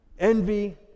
Envy